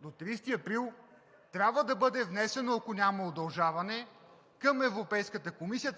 до 30 април трябва да бъде внесено към Европейската комисия, ако няма удължаване,